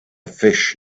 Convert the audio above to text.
fish